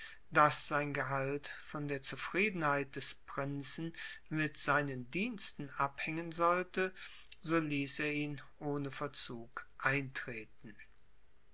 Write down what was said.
daß sein gehalt von der zufriedenheit des prinzen mit seinen diensten abhängen sollte so ließ er ihn ohne verzug eintreten